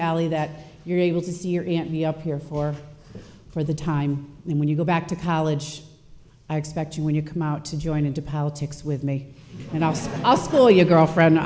allie that you're able to see your aunt me up here for for the time and when you go back to college i expect you when you come out to join into politics with me and also i'll spoil your girlfriend